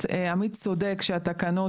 צה"ל,